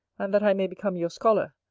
and that i may become your scholar,